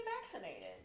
vaccinated